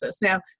Now